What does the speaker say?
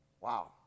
Wow